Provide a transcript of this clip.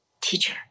teacher